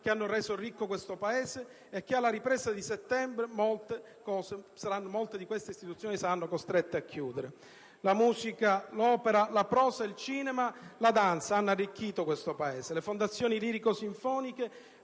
che hanno reso ricco questo Paese, e che, alla ripresa di settembre, molte di queste istituzioni saranno costrette a chiudere? La musica, l'opera, la prosa, il cinema, la danza hanno arricchito questo Paese. Le fondazioni lirico sinfoniche,